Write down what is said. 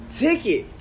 ticket